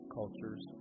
cultures